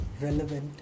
relevant